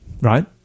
Right